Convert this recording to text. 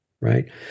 right